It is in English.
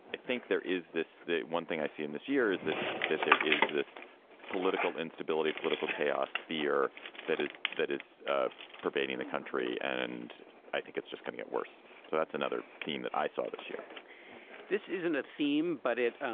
think there is this one thing i see in this year is that that there is this political instability, political chaos, fear that is that is ah pervading the country. and i think it's just gonna get worse. so that's another theme that i saw this year this isn't a theme, but it